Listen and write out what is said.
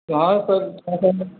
हँ तऽ ओ सभमे